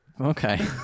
Okay